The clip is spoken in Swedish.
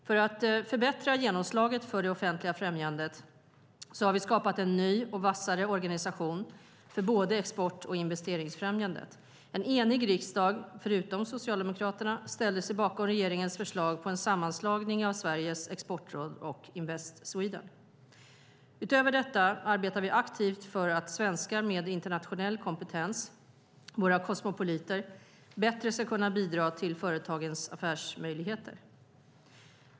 För att förbättra genomslaget för det offentliga främjandet har vi skapat en ny och vassare organisation för både export och investeringsfrämjandet. En enig riksdag, förutom Socialdemokraterna, ställde sig bakom regeringens förslag på en sammanslagning av Sveriges exportråd och Invest Sweden. Utöver detta arbetar vi aktivt för att svenskar med internationell kompetens - våra kosmopoliter - bättre ska kunna bidra till företagens affärsmöjligheter.